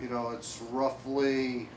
you know it's roughly